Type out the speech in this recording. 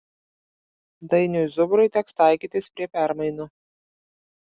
dainiui zubrui teks taikytis prie permainų